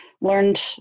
learned